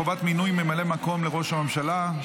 חובת מינוי ממלא מקום ראש הממשלה),